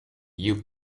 you